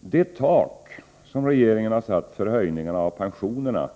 Det tak som regeringen har satt för höjningarna av pensionerna